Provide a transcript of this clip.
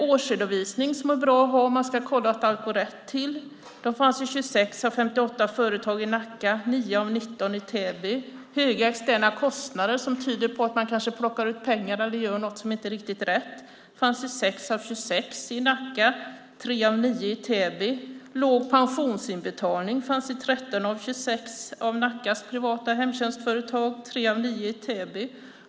Årsredovisning, som är bra att ha om man ska kolla om allt går rätt till, fanns i 26 av 58 företag i Nacka och i 9 av 19 i Täby. Höga externa kostnader, som tyder på att man kanske plockar ut pengar eller gör något som inte är riktigt rätt, fanns i 6 av 26 företag i Nacka och i 3 av 9 i Täby. Låg pensionsinbetalning fanns i 13 av 26 av Nackas privata hemtjänstföretag och i 3 av 9 i Täby.